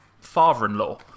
father-in-law